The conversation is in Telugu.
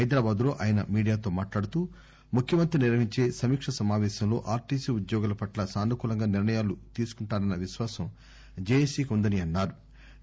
హైదరాబాద్ లో ఆయన మీడియాతో మాట్లాడుతూ ముఖ్యమంత్రి నిర్వహించే సమీక సమాపేశంలో ఆర్టీసీ ఉద్యోగుల పట్ల సానుకూలంగా నిర్ణయాలు తీసుకుంటారన్న విశ్వాసం జెఎసికి ఉందన్సారు